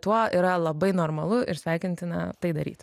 tuo yra labai normalu ir sveikintina tai daryt